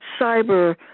Cyber